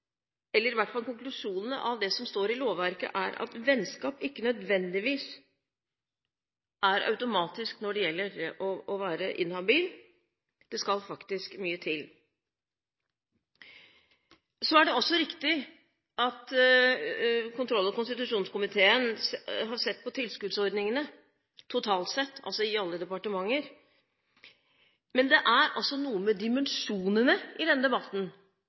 eller i alle fall er konklusjonene av det som står i lovverket, at vennskap ikke nødvendigvis er automatisk når det gjelder det å være inhabil, det skal faktisk mye til. Det er også riktig at kontroll- og konstitusjonskomiteen har sett på tilskuddsordningene totalt sett, altså i alle departementer. Men det er altså noe med dimensjonene i denne debatten,